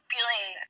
feeling